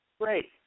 Great